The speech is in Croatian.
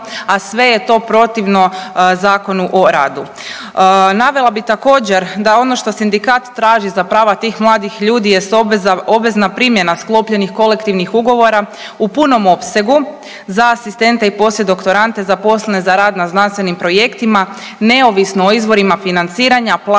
a sve je to protivno Zakonu o radu. Navela bih također, da ono što sindikat traži za prava tih mladih ljudi jest obvezna primjena sklopljenih kolektivnih ugovora u punom opsegu za asistente i poslijedoktorande zaposlene za rad na znanstvenim projektima, neovisno o izvorima financiranja, plaća